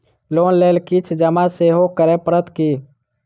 Loan लेल किछ जमा सेहो करै पड़त की?